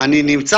רק נגיד